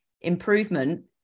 improvement